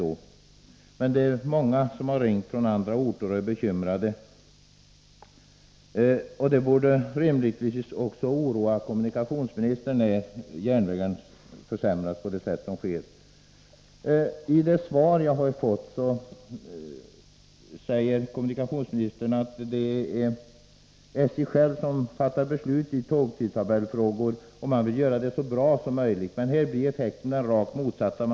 Många har emellertid ringt från andra orter och är bekymrade. Det borde rimligtvis oroa även kommunikationsministern när järnvägen försämras på det sätt som sker. I det svar jag har fått säger kommunikationsministern att det är SJ självt som fattar beslut i fråga om tågtidtabellerna och att man vill göra det så bra som möjligt. Här blir emellertid effekten den rakt motsatta.